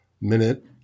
Minute